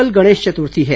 कल गणेश चतुर्थी है